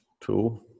two